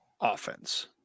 offense